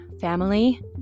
Family